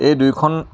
এই দুইখন